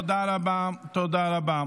תודה רבה.